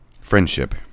Friendship